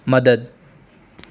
મદદ